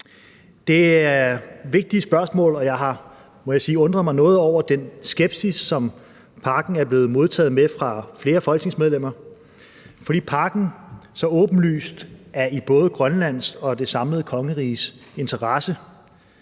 Det er vigtige spørgsmål, og jeg har, må jeg sige, undret mig noget over den skepsis, som pakken er blevet modtaget med fra flere folketingsmedlemmers side, fordi pakken så åbenlyst er i både Grønlands og det samlede kongeriges interesse.